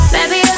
Baby